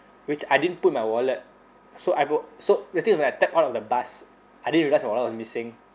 which I didn't put in my wallet so I bro~ so the thing is when I tap out of the bus I didn't realise my wallet was missing